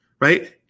right